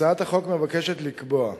הצעת החוק מבקשת לקבוע,